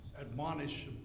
admonish